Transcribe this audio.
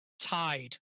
tied